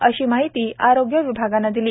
अशी माहिती आरोग्य विभागानं दिली